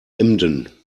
emden